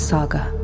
Saga